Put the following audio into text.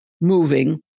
moving